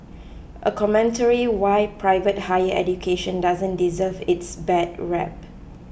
a commentary why private higher education doesn't deserve its bad rep